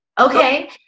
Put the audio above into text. Okay